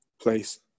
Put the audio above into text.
place